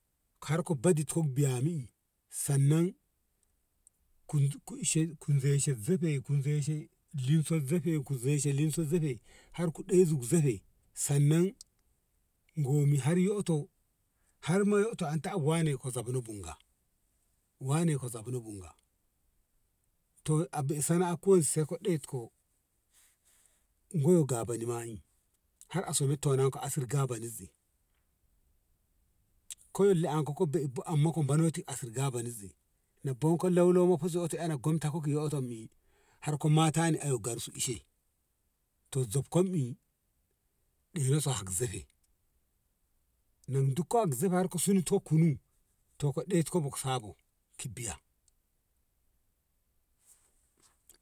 kar ko badit ko biya mi sannan ku zai shen lisa zafe har ku dei su zafe sanan gomi har yoto har ma yyoto na wane ka zobna bunga wane ka zobna bunga be e sanat ko sai ka det ko goyo ga bani ba i har somi toni asir kon ga mani koyil banoti asir gaba zi na bon ka lau lau fa sota aka ki yoton mi har ko matan ni mer shi ishe to zob kom i ɗena har zefe nom din har zefe har ka sunu kunu to ka det ku sabo biya.